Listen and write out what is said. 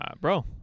bro